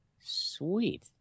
Sweet